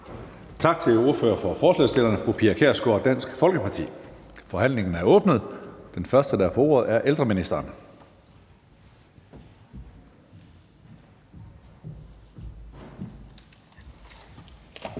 Tak til ordføreren for forslagsstillerne, fru Pia Kjærsgaard fra Dansk Folkeparti. Forhandlingen er åbnet. Den første, der får ordet, er ældreministeren.